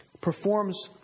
performs